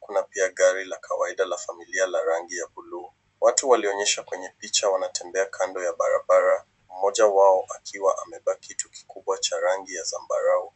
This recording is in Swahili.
Kuna pia gari la kawaida la familia la rangi ya buluu. Watu walioonyeshwa kwenye picha wanatembea kando ya barabara, mmoja wao akiwa amebeba kitu kikubwa cha rangi ya zambarao.